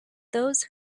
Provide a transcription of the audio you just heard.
those